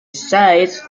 size